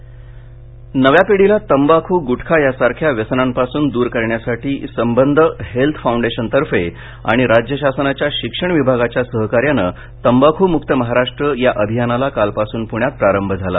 तंबाख नव्या पिढीला तंबाखू गुटखा यासारख्या व्यसनांपासून दूर करण्यासाठी संबंध हेल्थ फाऊंडेशनतर्फे आणि राज्य शासनाच्या शिक्षण विभागाच्या सहकार्यान तंबाखूमुक्त महाराष्ट्र या अभियानाला कालपासून पुण्यात प्रारंभ झाला